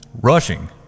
Rushing